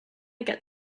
get